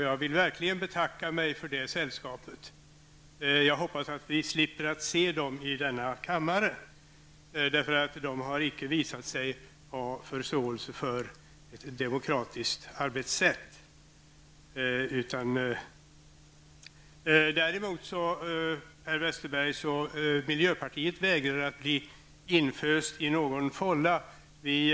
Jag vill verkligen betacka mig för det sistnämnda sällskapet -- jag hoppas att vi slipper att se dem i denna kammare, för de har icke visat sig ha förståelse för ett demokratiskt arbetssätt. Miljöpartiet vägrar att bli inföst i någon fålla, Per Westerberg.